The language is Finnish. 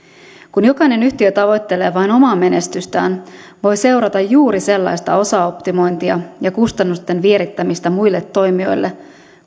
kun jokainen yhtiö tavoittelee vain omaa menestystään voi seurata juuri sellaista osaoptimointia ja kustannusten vierittämistä muille toimijoille